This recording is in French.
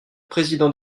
président